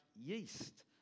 yeast